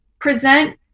present